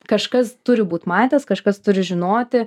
kažkas turi būt matęs kažkas turi žinoti